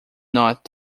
not